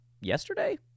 yesterday